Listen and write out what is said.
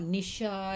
Nisha